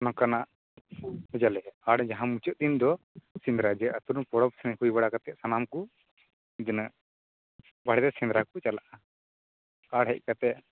ᱚᱱᱠᱟᱱᱟᱜ ᱡᱟᱞᱮ ᱟᱲ ᱡᱟᱦᱟᱸ ᱢᱩᱪᱟᱹᱫ ᱨᱤᱱ ᱫᱚ ᱥᱤᱢᱨᱟᱡᱮ ᱟᱛᱩᱨᱤᱱ ᱦᱩᱭ ᱵᱟᱲᱟᱠᱟᱛᱮ ᱥᱟᱱᱟᱢ ᱠᱚ ᱜᱮᱱᱟᱜ ᱵᱟᱲᱜᱮ ᱥᱮᱱᱫᱨᱟ ᱠᱚ ᱪᱟᱞᱟᱜ ᱼᱟ ᱟᱲ ᱦᱮᱡ ᱠᱟᱛᱮ ᱡᱟᱦᱟᱸ ᱠᱳ